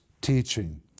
teaching